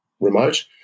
remote